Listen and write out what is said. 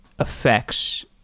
Affects